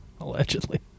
Allegedly